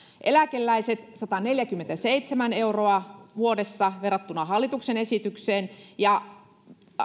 eläkeläiset sataneljäkymmentäseitsemän euroa vuodessa verrattuna hallituksen esitykseen ja